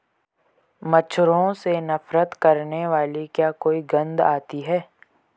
मच्छरों से नफरत करने वाली क्या कोई गंध आती है?